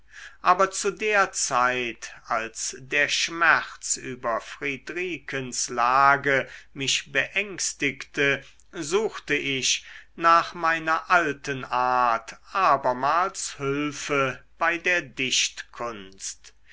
aber zu der zeit als der schmerz über friedrikens lage mich beängstigte suchte ich nach meiner alten art abermals hülfe bei der dichtkunst